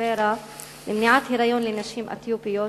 Depo-provera למניעת היריון לנשים אתיופיות,